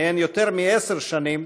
ומהן יותר מעשר שנים,